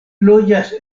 loĝas